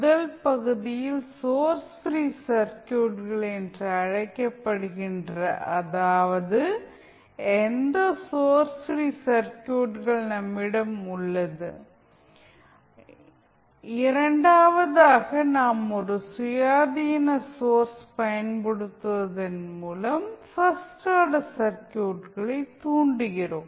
முதல் பகுதியில் source free சர்க்யூட்கள் என்று அழைக்கப்படுகின்ற அதாவது எந்த சோர்ஸ் ப்ரீ சர்க்யூட்கள் நம்மிடம் உள்ளது இரண்டாவதாக நாம் ஒரு சுயாதீன சோர்ஸ் பயன்படுத்துவதன் மூலம் பர்ஸ்ட் ஆர்டர் சர்க்யூட்களை தூண்டுகிறோம்